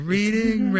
Reading